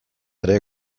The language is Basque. ere